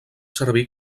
servir